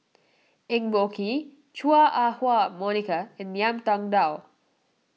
Eng Boh Kee Chua Ah Huwa Monica and Ngiam Tong Dow